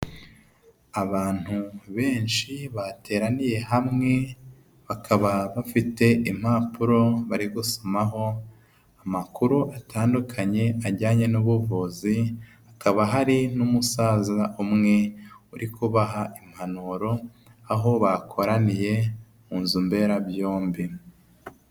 Abantu benshi bateraniye hamwe bakaba bafite impapuro bari gusomaho amakuru atandukanye ajyanye n'ubuvuzi, hakaba hari n'umusaza umwe uri kubaha impanuro aho bakoraniye mu nzu mbera byombi.